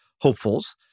hopefuls